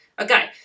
Okay